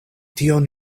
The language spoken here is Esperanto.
tion